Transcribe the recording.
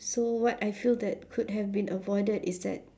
so what I feel that could have been avoided is that